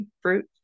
fruit